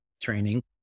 training